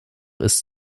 ist